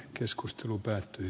arvoisa puhemies